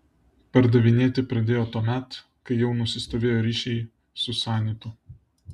pardavinėti pradėjo tuomet kai jau nusistovėjo ryšiai su sanitu